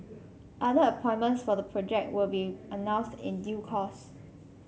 other appointments for the project will be announced in due course